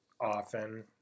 often